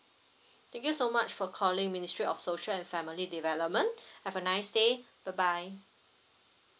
thank you so much for calling ministry of social and family development have a nice day bye bye